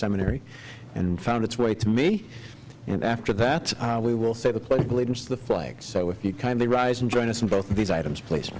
seminary and found its way to me and after that we will say the pledge of allegiance to the flag so if you kindly rise and join us in both of these items place